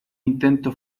intento